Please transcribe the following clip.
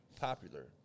popular